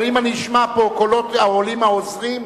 אבל אם אשמע קולות העולים מהעוזרים,